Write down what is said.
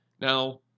now